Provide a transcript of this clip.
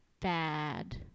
bad